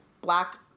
black